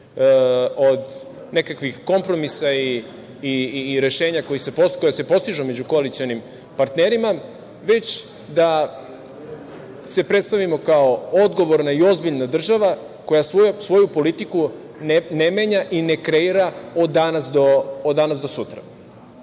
od nekakvih kompromisa i rešenja koja se postižu među koalicionim partnerima, već da se predstavimo kao odgovorna i ozbiljna država koja svoju politiku ne menja i ne kreira od danas do sutra. Pred